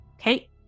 okay